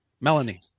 Melanie